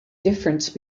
difference